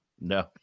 No